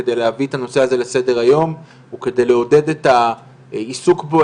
כדי להביא את הנושא הזה לסדר היום וכדי לעודד את העיסוק בו,